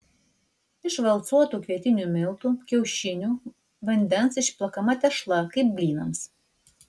iš valcuotų kvietinių miltų kiaušinių vandens išplakama tešla kaip blynams